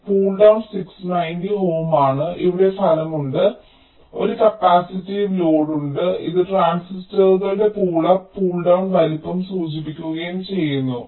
അതിനാൽ pull down 690 ohm ആണ് ഇവിടെ ഫലമുണ്ട് ഒരു കപ്പാസിറ്റീവ് ലോഡ് ഉണ്ട് ഇത് ട്രാൻസിസ്റ്ററുകളുടെ പുൾ അപ്പ് പുൾ ഡൌൺ വലിപ്പം സൂചിപ്പിക്കുകയും ചെയ്യുന്നു